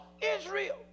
Israel